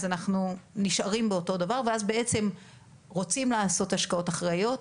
אנחנו נשארים באותו דבר ואז בעצם רוצים לעשות השקעות אחראיות,